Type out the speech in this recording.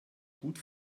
gut